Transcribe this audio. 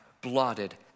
blotted